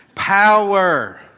Power